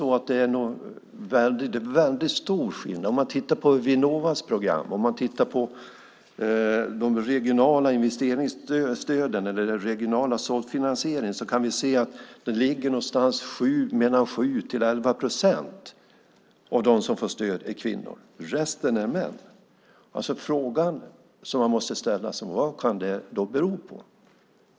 Det är stor skillnad. Om man tittar på Vinnovas program, de regionala investeringsstöden eller den regionala såddfinansieringen kan man se att mellan 7 och 11 procent av dem som får stöd är kvinnor, och resten är män. Den fråga som man måste ställa sig är: Vad kan det bero på?